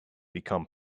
become